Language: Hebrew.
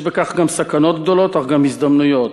יש בכך גם סכנות גדולות אך גם הזדמנויות,